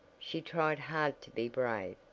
she tried hard to be brave,